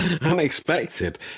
Unexpected